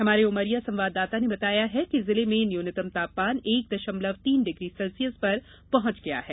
हमारे उमरिया संवाददाता ने बताया कि जिले में न्यूनतम तापमान एक दशमलव तीन डिग्री सेल्सियस पर पहुंच गया है